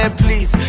please